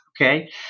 okay